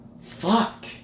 Fuck